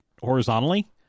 horizontally